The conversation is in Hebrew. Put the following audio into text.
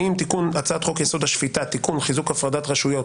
האם תיקון הצעת חוק-יסוד: השפיטה (תיקון חיזוק הפרדת רשויות)